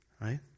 Right